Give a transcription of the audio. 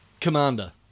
Commander